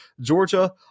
Georgia